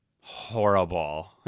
horrible